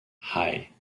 hei